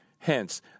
Hence